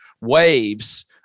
waves